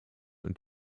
und